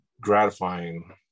gratifying